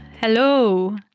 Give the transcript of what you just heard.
hello